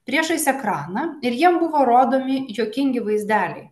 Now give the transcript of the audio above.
priešais ekraną ir jiem buvo rodomi juokingi vaizdeliai